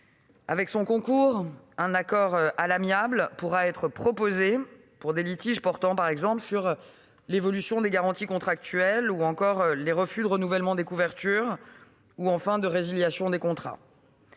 Avec son concours, un accord à l'amiable pourra être proposé pour des litiges portant par exemple sur l'évolution des garanties contractuelles, un refus de renouvellement des couvertures ou la résiliation d'un contrat.